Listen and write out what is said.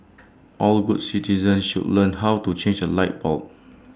all good citizens should learn how to change A light bulb